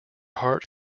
heart